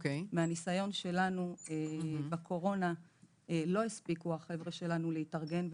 מהניסיון שלנו בקורונה לא הספיקו החבר'ה שלנו להתארגן,